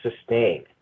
sustain